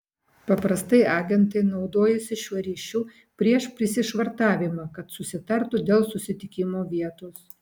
paprastai agentai naudojasi šiuo ryšiu prieš prisišvartavimą kad susitartų dėl susitikimo vietos